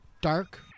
Dark